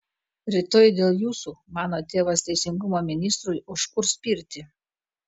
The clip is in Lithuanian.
rytoj dėl jūsų mano tėvas teisingumo ministrui užkurs pirtį